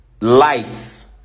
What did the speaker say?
lights